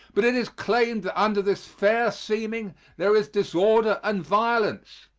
but it is claimed that under this fair seeming there is disorder and violence.